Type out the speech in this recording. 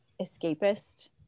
escapist